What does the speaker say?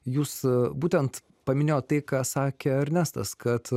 jūs būtent paminėjot tai ką sakė ernestas kad